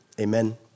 Amen